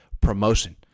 promotion